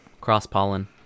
Cross-pollen